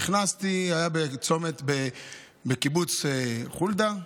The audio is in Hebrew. נכנסתי, זה היה בצומת, בקיבוץ חולדה,